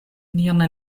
nian